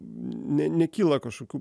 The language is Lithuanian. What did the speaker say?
ne nekyla kažkokių